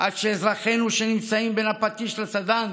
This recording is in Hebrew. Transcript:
עד שאזרחינו, שנמצאים בין הפטיש לסדן,